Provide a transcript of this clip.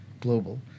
Global